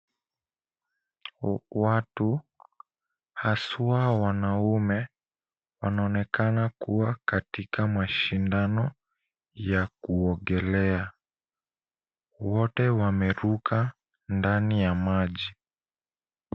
Watu hasa wanaume wanaonekana kuwa katika mashindano ya kuogelea. Wote wameruka ndani ya maji.